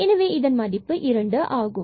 எனவே இதன் மதிப்பு இரண்டு ஆகும்